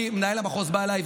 מנהל המחוז בא אליי,